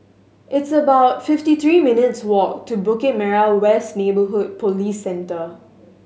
it's about fifty three minutes' walk to Bukit Merah West Neighbourhood Police Center